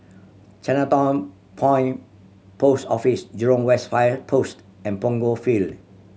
Chinatown Point Post Office Jurong West Fire Post and Punggol Field